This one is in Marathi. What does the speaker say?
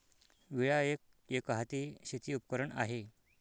विळा एक, एकहाती शेती उपकरण आहे